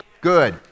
Good